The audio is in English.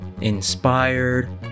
inspired